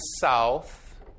south